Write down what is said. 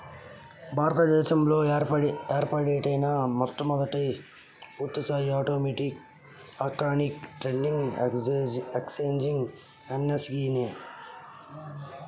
భారత దేశంలో ఏర్పాటైన మొట్టమొదటి పూర్తిస్థాయి automatic electronic trading exchange NSE నే